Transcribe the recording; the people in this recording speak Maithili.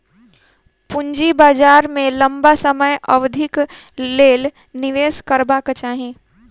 पूंजी बाजार में लम्बा समय अवधिक लेल निवेश करबाक चाही